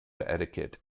etiquette